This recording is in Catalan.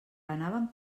anaven